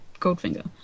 Goldfinger